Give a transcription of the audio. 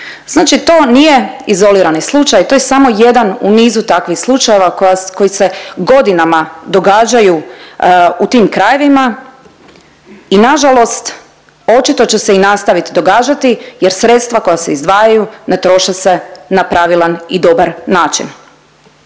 Znači to nije izolirani slučaj to je samo jedan u nizu takvih slučajeva koji se godinama događaju u tim krajevima i nažalost očito će se i nastaviti događati jer sredstva koja se izdvajaju ne troše se na pravilan i dobar način.